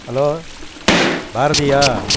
hello Bharatiya